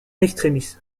extremis